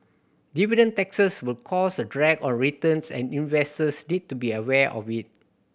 dividend taxes will cause a drag on returns and investors need to be aware of it